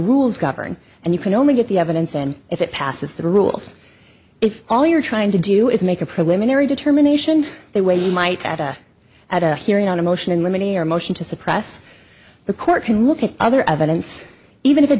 rules govern and you can only get the evidence and if it passes the rules if all you're trying to do is make a preliminary determination they way you might at a at a hearing on a motion in limine a or motion to suppress the court can look at other evidence even if it